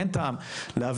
אין טעם להביא.